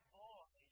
boy